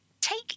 Take